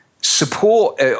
support